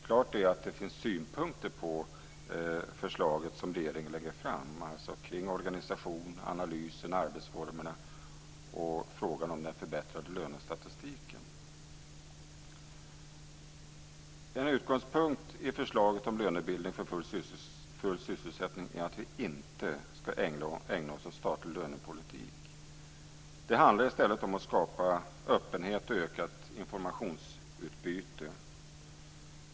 Klart är att det finns synpunkter på det förslag som regeringen lägger fram, kring organisationen, analysen, arbetsformerna och frågan om den förbättrade lönestatistiken. En utgångspunkt i förslaget om lönebildning för full sysselsättning är att vi inte ska ägna oss åt statlig lönepolitik. Det handlar i stället om att skapa öppenhet och ökat informationsutbyte.